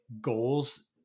goals